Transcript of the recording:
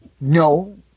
No